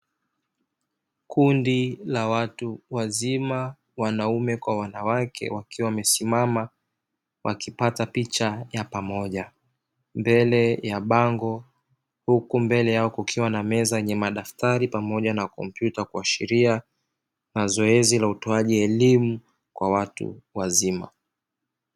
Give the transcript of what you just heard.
Kundi la watu wazima wanaume kwa wanawake wakiwa wamesimama wakipata picha ya pamoja mbele ya bango huku mbele yao kukiwa na meza yenye madaftari pamoja na kompyuta kuashiria na zoezi la utoaji elimu kwa watu wazima.